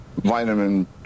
vitamin